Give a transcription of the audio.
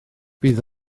bydd